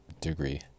degree